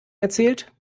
erzählt